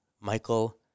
Michael